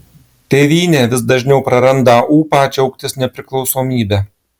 tėvynė vis dažniau praranda ūpą džiaugtis nepriklausomybe